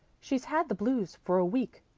she's had the blues for a week,